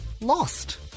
Lost